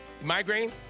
Migraine